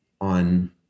on